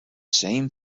same